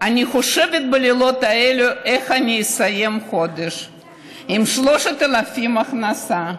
אני חושבת בלילות האלה איך אני אסיים את החודש עם 3,000 הכנסה,